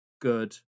good